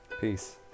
Peace